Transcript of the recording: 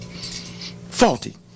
Faulty